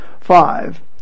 five